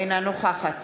אינה נוכחת